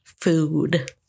food